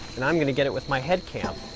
and, i'm going to get it with my head-cam.